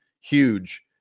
huge